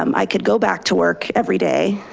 um i could go back to work everyday,